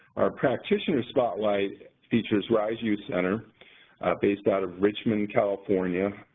our practitioner spotlight features ryse youth center based out of richmond, california.